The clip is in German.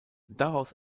daraus